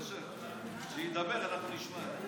שידבר, אנחנו נשמע.